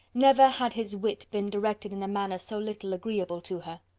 never had his wit been directed in a manner so little agreeable to her.